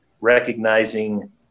recognizing